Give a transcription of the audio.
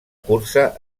cursa